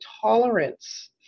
tolerance